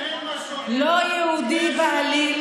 אין משהו אחר, לא יהודי בעליל,